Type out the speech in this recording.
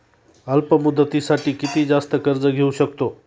अल्प मुदतीसाठी किती जास्त कर्ज घेऊ शकतो?